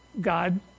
God